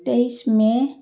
তেইছ মে'